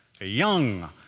young